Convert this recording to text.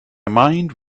mind